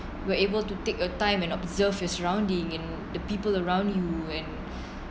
we are able to take a time and observe its surrounding and the people around you when